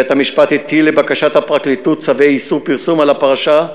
בית-המשפט הטיל לבקשת הפרקליטות צווי איסור פרסום על הפרשה.